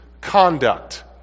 conduct